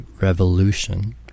revolution